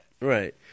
Right